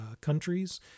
countries